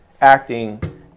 acting